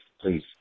please